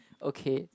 okay